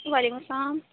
وعلیکم السّلام